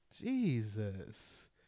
Jesus